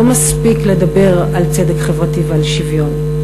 לא מספיק לדבר על צדק חברתי ועל שוויון.